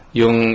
yung